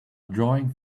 drawing